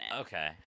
Okay